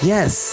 Yes